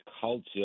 culture